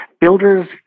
builders